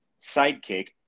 Sidekick